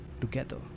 together